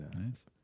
Nice